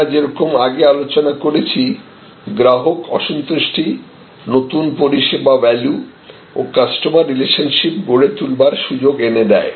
আমরা যেরকম আগে আলোচনা করেছি গ্রাহক অসন্তুষ্টি নতুন পরিষেবা ভ্যালু ও কাস্টমার রিলেশনশিপ গড়ে তুলবার সুযোগ এনে দেয়